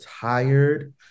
tired